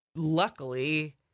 Luckily